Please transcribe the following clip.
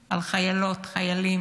על חיילות, חיילים,